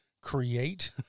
create